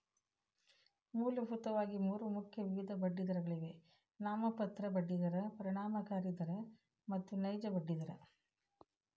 ಮೂಲಭೂತವಾಗಿ ಮೂರು ಮುಖ್ಯ ವಿಧದ ಬಡ್ಡಿದರಗಳಿವೆ ನಾಮಮಾತ್ರ ಬಡ್ಡಿ ದರ, ಪರಿಣಾಮಕಾರಿ ದರ ಮತ್ತು ನೈಜ ಬಡ್ಡಿ ದರ